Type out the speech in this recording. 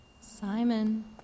Simon